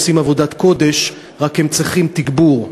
הם עושים עבודת קודש, רק הם צריכים תגבור.